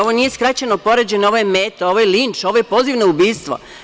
Ovo nije skraćeno poređenje, ovo je meta, ovo je linč, ovo je poziv na ubistvo.